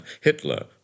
Hitler